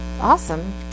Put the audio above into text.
Awesome